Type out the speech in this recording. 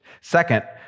Second